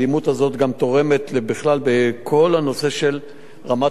האלימות הזאת גם תורמת בכלל לכל הנושא של רמת